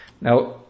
Now